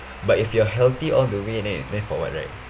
but if you're healthy all the way then it then for what right